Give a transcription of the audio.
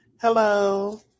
Hello